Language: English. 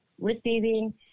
receiving